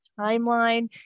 Timeline